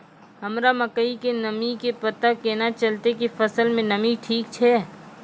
हमरा मकई के नमी के पता केना चलतै कि फसल मे नमी ठीक छै?